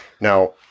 Now-